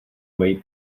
mají